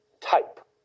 type